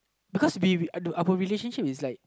because we we our relationship is like